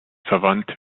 verwandt